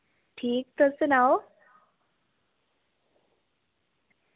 ठीक तुस सनाओ